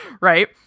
right